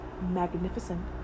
magnificent